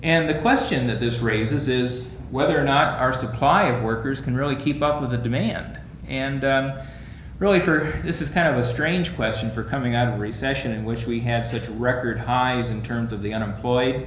and the question that this raises is whether or not our supply of workers can really keep up with the demand and really for this is kind of a strange question for coming out of a recession in which we had to record highs in terms of the unemployed